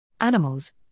Animals